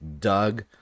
Doug